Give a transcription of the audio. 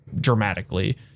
dramatically